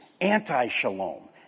anti-shalom